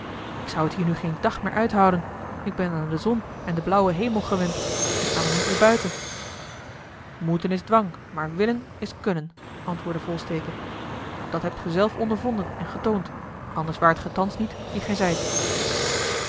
ik zou het hier nu geen dag meer uithouden ik ben aan de zon en den blauwen hemel gewend ik kan er niet meer buiten eli heimans willem roda moeten is dwang maar willen is kunnen antwoordde volsteke dat hebt ge zelf ondervonden en getoond anders waart ge thans niet die ge zijt